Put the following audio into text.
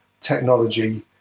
technology